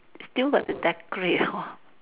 still got to decorate hor